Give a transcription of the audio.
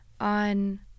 on